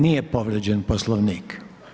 Nije povrijeđen Poslovnik.